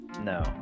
No